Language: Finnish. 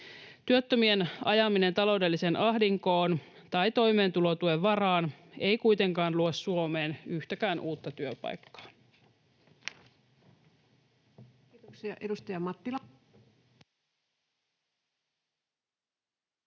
Työttömien ajaminen taloudelliseen ahdinkoon tai toimeentulotuen varaan ei kuitenkaan luo Suomeen yhtäkään uutta työpaikkaa.